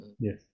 Yes